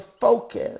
focus